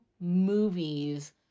movies